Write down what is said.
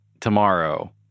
tomorrow